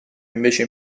invece